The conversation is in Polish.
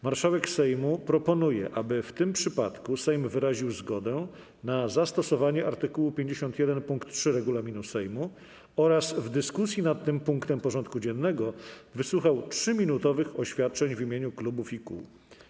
Marszałek Sejmu proponuje, aby w tym przypadku Sejm wyraził zgodę na zastosowanie art. 51 pkt 3 regulaminu Sejmu oraz w dyskusji nad tym punktem porządku dziennego wysłuchał 3-minutowych oświadczeń w imieniu klubów i kół.